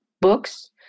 books